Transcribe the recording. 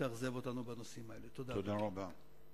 זה דיון בפני